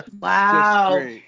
Wow